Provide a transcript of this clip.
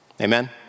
Amen